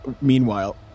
Meanwhile